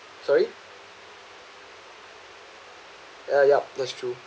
sorry ya ya that's true